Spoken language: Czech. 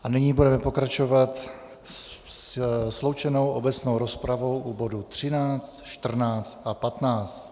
A nyní budeme pokračovat sloučenou obecnou rozpravou u bodu 13, 14 a 15.